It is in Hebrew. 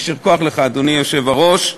יישר כוח, אדוני היושב-ראש.